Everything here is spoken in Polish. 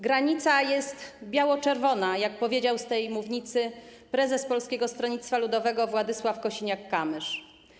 Granica jest biało-czerwona, jak powiedział z tej mównicy prezes Polskiego Stronnictwa Ludowego Władysław Kosiniak-Kamysz.